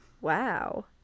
Wow